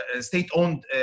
state-owned